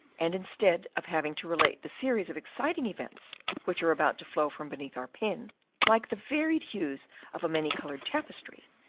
and, instead of having to relate the series of exciting events which are about to flow from beneath our pen like the varied hues of a many coloured tapestry,